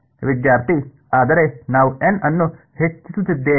ವಿದ್ಯಾರ್ಥಿ ಆದರೆ ನಾವು N ಅನ್ನು ಹೆಚ್ಚಿಸುತ್ತಿದ್ದೇವೆ